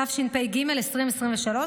התשפ"ג 2023,